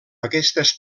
aquestes